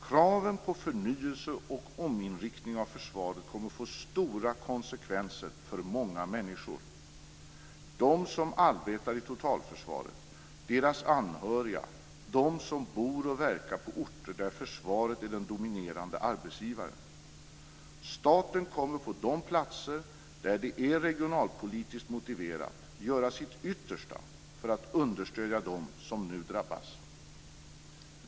Kraven på förnyelse och ominriktning av försvaret kommer att få stora konsekvenser för många människor, de som arbetar i Totalförsvaret, deras anhöriga, de som bor och verkar på orter där försvaret är den dominerande arbetsgivaren. Staten kommer på de platser där det är regionalpolitiskt motiverat att göra sitt yttersta för att understödja dem som nu drabbas.